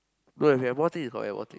look if you have more thing you have more thing